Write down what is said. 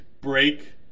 break